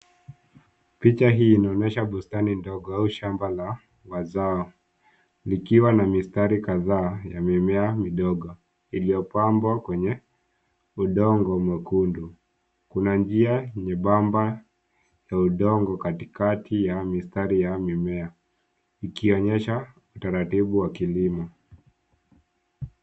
Picha hii inaonyesha bustani ndogo au shamba la mazao likiwa na mistari kadhaa ya mimea midogo iliyopambwa kwenye udongo mwekundu. Kuna njia nyembamba ya udongo katikati ya mistari ya mimea, ikionyesha utaratibu wa kilimo.